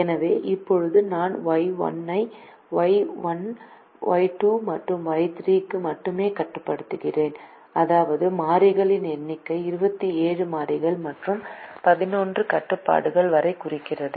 எனவே இப்போது நான் Y1 ஐ Y1 Y2 மற்றும் Y3 க்கு மட்டுமே கட்டுப்படுத்துகிறேன் அதாவது மாறிகள் எண்ணிக்கை 27 மாறிகள் மற்றும் 11 கட்டுப்பாடுகள் வரை குறைகிறது